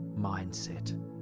mindset